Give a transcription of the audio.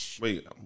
Wait